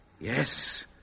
Yes